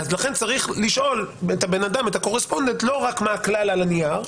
לכן צריך לשאול לא רק מה הכלל על הנייר,